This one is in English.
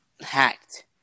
hacked